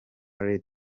lady